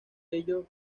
ello